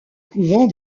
couvent